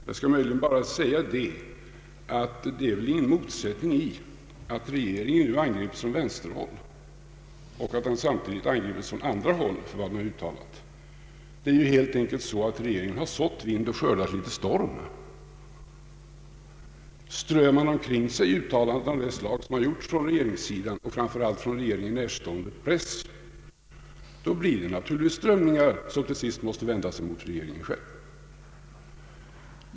Jag skall möjligen bara säga att det inte ligger någon motsättning i att regeringen nu angrips från vänsterhåll och att den samtidigt angrips från det andra hållet för vad den har uttalat. Det är helt enkelt så att regeringen har sått vind och fått skörda litet storm. Strör man omkring sig uttalanden av det slag som regeringen gjort och som framför allt gjorts i regeringen närstående press, blir det naturligtvis strömningar som till sist måste vändas mot regeringen själv.